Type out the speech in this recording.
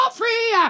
free